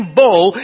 bowl